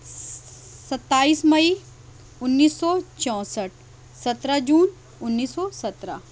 ستائیس مئی انیس سو چونسٹھ سترہ جون انیس سو سترہ